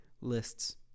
lists